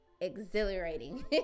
exhilarating